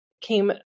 came